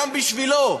גם בשבילו,